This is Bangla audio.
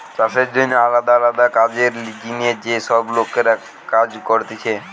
চাষের জন্যে আলদা আলদা কাজের জিনে যে সব লোকরা কাজ করতিছে